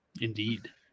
Indeed